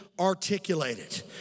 articulated